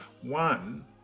One